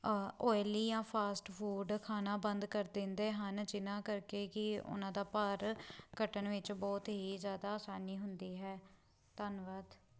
oily ਜਾਂ fast food ਖਾਣਾ ਬੰਦ ਕਰ ਦਿੰਦੇ ਹਨ ਜਿਨ੍ਹਾਂ ਕਰਕੇ ਕਿ ਉਹਨਾਂ ਦਾ ਭਾਰ ਘਟਣ ਵਿੱਚ ਬਹੁਤ ਹੀ ਜ਼ਿਆਦਾ ਆਸਾਨੀ ਹੁੰਦੀ ਹੈ ਧੰਨਵਾਦ